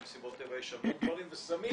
במסיבות טבע יש הרבה דברים וסמים